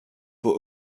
for